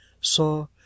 SAW